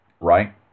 right